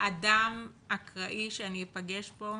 אדם אקראי שאפגוש בו